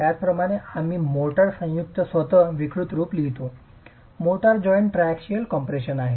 त्याचप्रकारे आम्ही मोर्टार संयुक्त स्वतःच विकृत रूप लिहितो मोर्टार जॉइंट ट्राएक्सियल कम्प्रेशनमध्ये आहे